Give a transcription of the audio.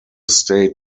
state